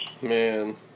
Man